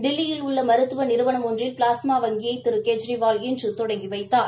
தில்லியில் உள்ள மருத்துவ நிறுவனம் ஒன்றில் ப்ளாஸ்மா வங்கியை திரு கெஜ்ரிவால் இன்று தொடங்கி வைத்தார்